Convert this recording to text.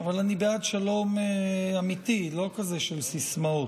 אבל אני בעד שלום אמיתי, לא כזה של סיסמאות.